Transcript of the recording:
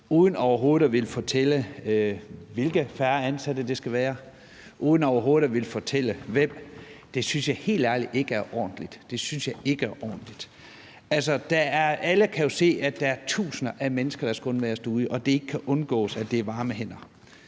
uden overhovedet at ville fortælle, hvilke ansatte der skal være færre af, og uden overhovedet at ville fortælle hvem. Det synes jeg helt ærligt ikke er ordentligt – det synes jeg ikke er ordentligt. Altså, alle kan jo se, at der er tusinder af mennesker, der skal undværes derude, og at det ikke kan undgås, at det er varme hænder.